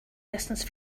distance